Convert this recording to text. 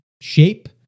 shape